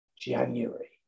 January